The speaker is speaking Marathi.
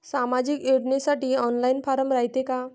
सामाजिक योजनेसाठी ऑनलाईन फारम रायते का?